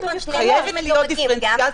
--- חייבת להיות דיפרנציאציה.